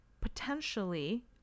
potentially